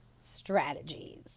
strategies